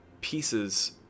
pieces